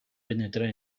penetrar